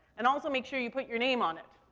and also make sure you put your name on it,